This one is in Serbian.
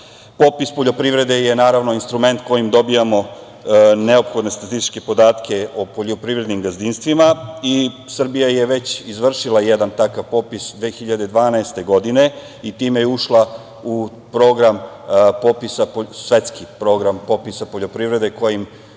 nama. Popis poljoprivrede je, naravno, instrument kojim dobijamo neophodne statističke podatke o poljoprivrednim gazdinstvima i Srbija je već izvršila jedan takav popis 2012. godine i time je ušla u svetski program popisa poljoprivrede, koji